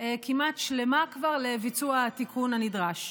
כמעט שלמה כבר לביצוע התיקון הנדרש.